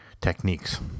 techniques